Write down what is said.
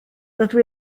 dydw